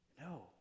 No